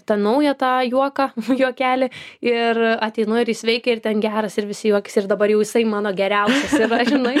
tą naują tą juoką juokelį ir ateinu ir jis veikia ir ten geras ir visi juokiasi ir dabar jau jisai mano geriausia yra žinai